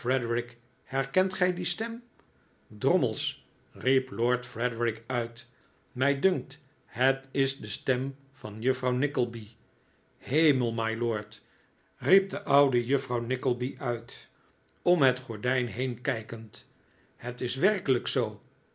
herkent gij die stem drommels riep lord frederik uit mij dunkt het is de stem van juffrouw nickleby hemel mylord riep de oude juffrouw nickleby uit om het gordijn heen kijkend het is werkelijk zoo